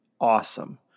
awesome